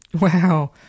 Wow